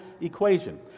equation